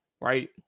Right